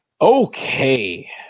okay